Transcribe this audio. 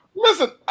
Listen